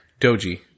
doji